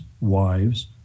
wives